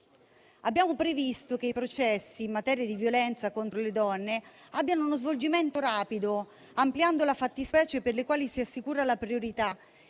Abbiamo previsto che i processi in materia di violenza contro le donne abbiano uno svolgimento rapido, ampliando le fattispecie per le quali si assicura la priorità